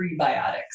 prebiotics